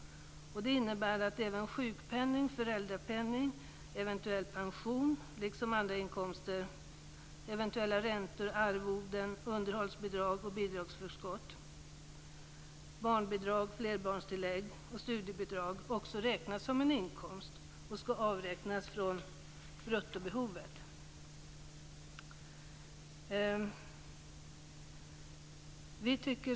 Det innebär att även sjukpenning, föräldrapenning och eventuell pension liksom andra inkomster, t.ex. eventuella räntor, arvoden underhållsbidrag och bidragsförskott, barnbidrag, flerbarnstillägg och studiebidrag räknas som inkomst och skall avräknas från bruttobehovet.